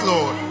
Lord